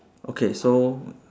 okay so